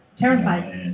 Terrified